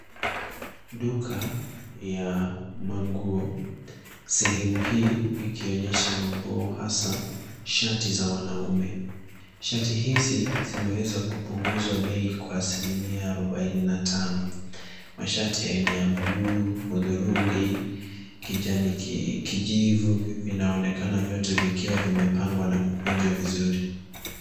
Duka ya manguo, sehemu hii ikionyesha manguo hasaa, shati za wanaume. Shati hizi, zimeweza kupunguzwa bei kwa asilimia arubaini na tano. Mashati ya aina ya bluu, hudhurungi, kijani kijivu, vinaonekana vyote vikiwa vimepangwa na kukunjwa vizuri.